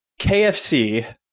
KFC